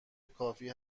کافی